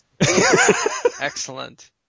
Excellent